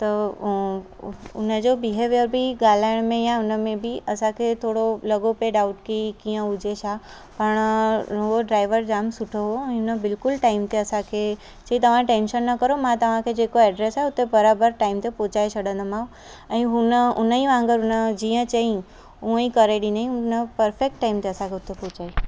त उन जो बिहेवियर बि ॻाल्हाइण में या उन में बि असांखे थोरो लॻो पिए डाउट की कीअं हुजे छा पाण उहो ड्राइवर जामु सुठो हो ऐं उन बिल्कुलु टाइम ते असांखे चयाईं तव्हां टैंशन न करो मां तव्हांखे जेको एड्रेस आहे उते बराबरु टाइम ते पहुचाए छॾींदोमांव ऐं हुन उन ई वांग़ुरु न जीअं चयाईं उहो ई करे ॾिनई उन परफेक्ट टाइम ते असांखे हुते पहुचाईं